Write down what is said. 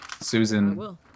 Susan